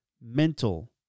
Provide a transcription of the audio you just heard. mental